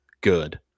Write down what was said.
good